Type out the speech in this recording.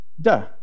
duh